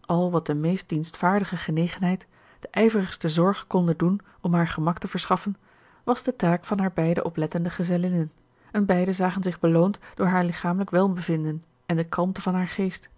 al wat de meest dienstvaardige genegenheid de ijverigste zorg konden doen om haar gemak te verschaffen was de taak van haar beide oplettende gezellinnen en beiden zagen zich beloond door haar lichamelijk welbevinden en de kalmte van haar geest